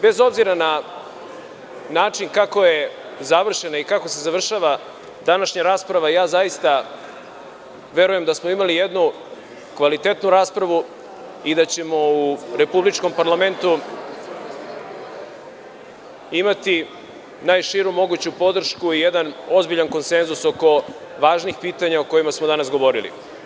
Bez obzira na način kako je završena i kako se završava današnja rasprava, zaista verujem da smo imali jednu kvalitetnu raspravu i da ćemo u republičkom parlamentu imati najširu moguću podršku i jedan ozbiljan konsenzus oko važnih pitanja o kojima smo danas govorili.